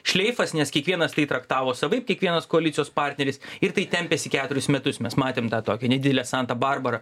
šleifas nes kiekvienas tai traktavo savaip kiekvienas koalicijos partneris ir tai tempėsi keturis metus mes matėme tą tokią nedidelę santą barbarą